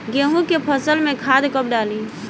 गेहूं के फसल में खाद कब डाली?